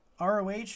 ROH